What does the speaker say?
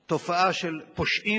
תופעה של פושעים,